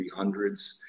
300s